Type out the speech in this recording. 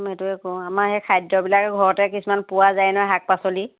এইটোৱে কৰোঁ আমাৰ এই খাদ্যবিলাকে ঘৰতে কিছুমান পোৱা যায় নহয় শাক পাচলি